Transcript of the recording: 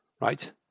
right